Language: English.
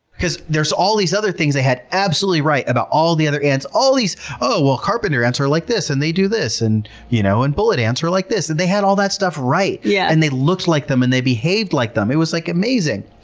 because there's all these other things they had absolutely right about all the other ants, all these, oh well carpenter ants are like this and they do this, and you know, and bullet ants are like this. and they had all that stuff right! yeah and they looked like them, and they behaved like them. it was like amazing!